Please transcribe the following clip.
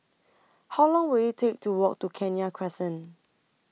How Long Will IT Take to Walk to Kenya Crescent